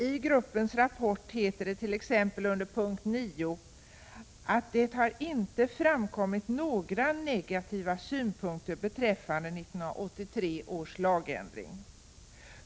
I gruppens rapport heter det t.ex. under punkt 9, att det inte har framkommit några negativa synpunkter beträffande 1983 års lagändring.